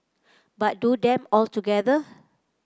but do them all together